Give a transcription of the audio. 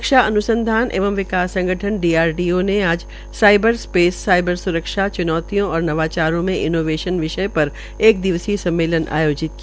रक्षा अन्संधान एवं विकास संगठन डीआरडीओ ने आज साइबर स्पेस साइबर स्रक्षा च्नौतियों और नवाचारों में इनोवेंशन विषय पर एक दिवसीय सम्मेलन आयोजित किया